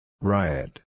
Riot